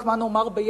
לא רק מה נאמר ביחד,